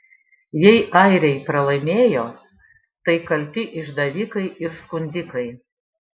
jei airiai pralaimėjo tai kalti išdavikai ir skundikai